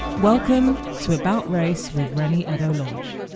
welcome to about race with reni eddo-lodge